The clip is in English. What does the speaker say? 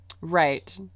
right